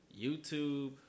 YouTube